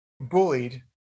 bullied